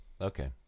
Okay